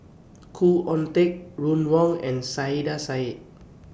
Khoo Oon Teik Ron Wong and Saiedah Said